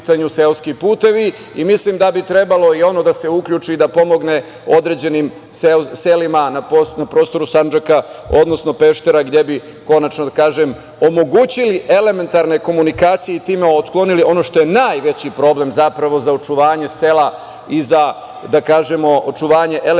i mislim da bi trebalo i ono da se uključi i da pomogne određenim selima na prostoru Sandžaka, odnosno Peštera, gde bi konačno omogućili elementarne komunikacije i time otklonili ono što je najveći problem zapravo za očuvanje sela i za očuvanje elementarne vitalnosti